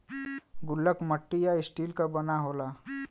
गुल्लक मट्टी या स्टील क बना होला